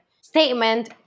statement